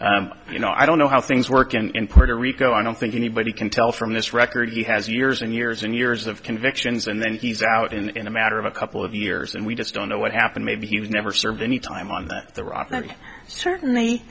so you know i don't know how things work in puerto rico i don't think anybody can tell from this record he has years and years and years of convictions and then he's out in in a matter of a couple of years and we just don't know what happened maybe he was never served any time on that the robbery certainly